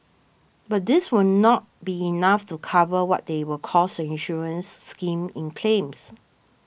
but this will not be enough to cover what they will cost the insurance scheme in claims